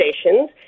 stations